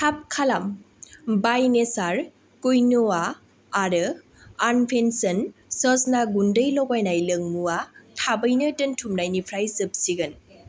थाब खालाम बाइ नेसार कुइनुवा आरो आनफेन्सन सजना गुन्दै लगायनाय लोंमुवा थाबैनो दोनथुमनायनिफ्राय जोबसिगोन